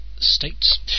States